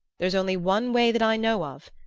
there's only one way that i know of,